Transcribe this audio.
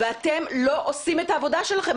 ואתם לא עושים את העבודה שלכם,